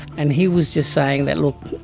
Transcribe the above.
and he was just saying that, look,